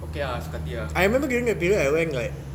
okay ah suka hati ah